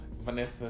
Vanessa